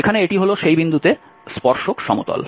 এখানে এটি হল সেই বিন্দুতে স্পর্শক সমতল